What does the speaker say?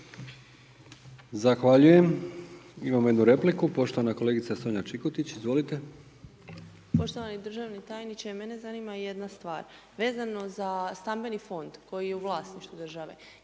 Zahvaljujem. Imamo jednu repliku. Poštovana kolegica Sonja Čikotić, izvolite. **Čikotić, Sonja (Nezavisni)** Poštovani državni tajniče, mene zanima jedna stvar, vezano za Stambeni fond koji je u vlasništvu države.